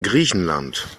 griechenland